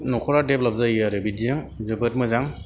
न'खरा डेभेलप जायो आरो बिदिया जोबोद मोजां